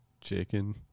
Chicken